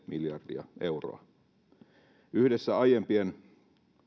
miljardia euroa yhdessä aiempien